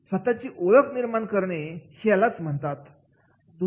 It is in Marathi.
स्वतःची ओळख निर्माण करणे हे यालाच म्हणायचं